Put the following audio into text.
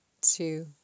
two